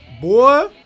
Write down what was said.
Boy